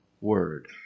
word